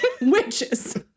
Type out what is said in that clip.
witches